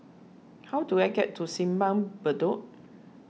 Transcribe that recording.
how do I get to Simpang Bedok